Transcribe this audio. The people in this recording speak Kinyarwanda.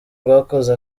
rwakoze